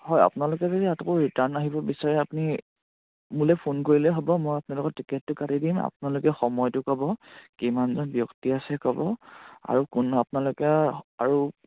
হয় আপোনালোকে যদি আকৌ ৰিটাৰ্ণ আহিব বিচাৰে আপুনি মোলে ফোন কৰিলেই হ'ব মই আপোনালোকৰ টিকেটটো কাটি দিম আপোনালোকে সময়টো ক'ব কিমানজন ব্যক্তি আছে ক'ব আৰু কোনো আপোনালোকে আৰু